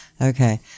Okay